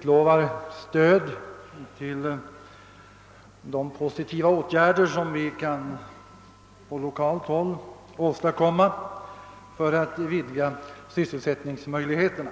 lovat stödja de positiva åtgärder som på lokalt håll kan vidtagas för att vidga sysselsättningsmöjligheterna.